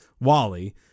Wally